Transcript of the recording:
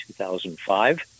2005